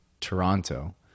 toronto